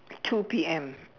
two P_M